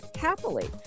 happily